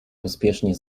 pospiesznie